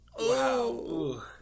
Wow